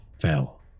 fell